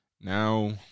Now